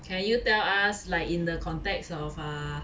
can you tell us like in the context of uh